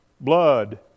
Blood